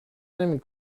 نمی